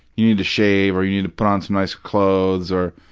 you need to shave, or, you need to put on some nicer clothes, or,